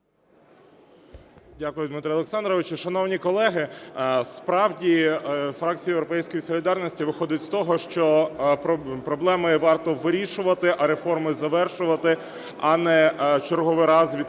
Дякую, Дмитро Олександровичу. Шановні колеги, справді, фракція "Європейської солідарності" виходить з того, що проблеми варто вирішувати, а реформи завершувати, а не черговий раз відкладати